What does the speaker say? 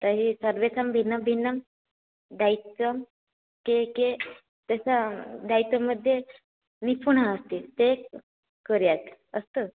तर्हि सर्वेषां भिन्नं भिन्नं दायित्वं के के तस्य दायित्वमध्ये निपुणः अस्ति ते कुर्यात् अस्तु